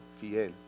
fiel